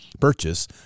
purchase